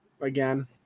again